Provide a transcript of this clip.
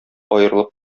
аерылып